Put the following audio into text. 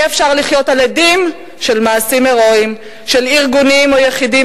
אי-אפשר לחיות על הדים של מעשים הירואיים של ארגונים או יחידים,